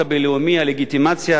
הלגיטימציה הבין-לאומית.